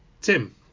Tim